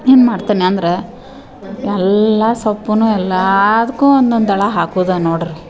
ಏನು ಮಾಡ್ತೇನೆ ಅಂದ್ರೆ ಎಲ್ಲ ಸೊಪ್ಪನ್ನೂ ಎಲ್ಲದ್ಕೂ ಒಂದೊಂದು ದಳ ಹಾಕೋದು ನೋಡಿರಿ